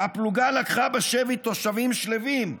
הפלוגה לקחה בשבי תושבים שלווים,